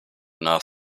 nach